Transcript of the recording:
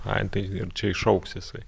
ai tai ir čia išaugs jisai